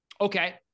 Okay